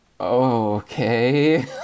okay